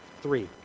Three